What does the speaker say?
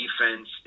defense